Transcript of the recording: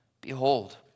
behold